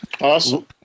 awesome